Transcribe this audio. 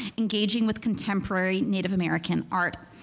engaging with contemporary native american art.